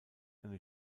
eine